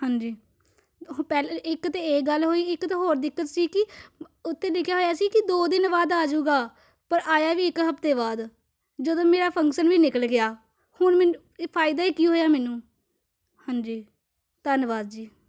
ਹਾਂਜੀ ਉਹ ਪਹਿਲੇ ਇੱਕ ਤਾਂ ਇਹ ਗੱਲ ਹੋਈ ਇੱਕ ਤਾਂ ਹੋਰ ਦਿੱਕਤ ਸੀ ਕਿ ਉੱਥੇ ਲਿਖਿਆ ਹੋਇਆ ਸੀ ਕਿ ਦੋ ਦਿਨ ਬਾਅਦ ਆ ਜਾਊਗਾ ਪਰ ਆਇਆ ਵੀ ਇੱਕ ਹਫਤੇ ਬਾਅਦ ਜਦੋਂ ਮੇਰਾ ਫੰਕਸ਼ਨ ਵੀ ਨਿਕਲ ਗਿਆ ਹੁਣ ਮੈਨੂੰ ਇਹ ਫਾਇਦਾ ਹੀ ਕੀ ਹੋਇਆ ਮੈਨੂੰ ਹਾਂਜੀ ਧੰਨਵਾਦ ਜੀ